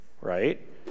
right